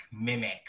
mimic